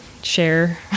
share